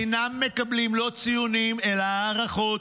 אינם מקבלים לא ציונים אלא הערכות,